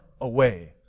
away